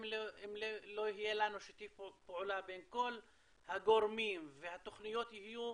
אם לא יהיה לנו שיתוף פעולה בין כל הגורמים והתוכניות יהיו